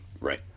Right